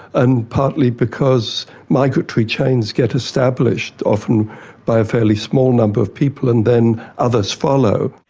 and partly because migratory chains get established, often by a fairly small number of people and then others follow.